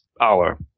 hour